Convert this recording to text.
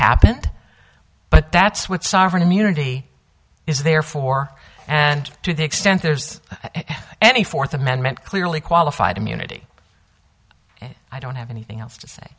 happened but that's what sovereign immunity is there for and to the extent there's any fourth amendment clearly qualified immunity i don't have anything else to say